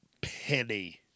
penny